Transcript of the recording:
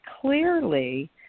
clearly